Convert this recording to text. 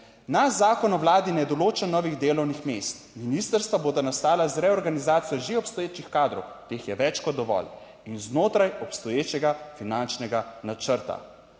"Naš zakon o Vladi ne določa novih delovnih mest, ministrstva bodo nastala z reorganizacijo že obstoječih kadrov teh je več kot dovolj in znotraj obstoječega finančnega načrta.